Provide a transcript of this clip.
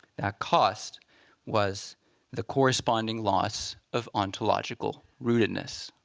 that cost was the corresponding loss of ontological rootedness.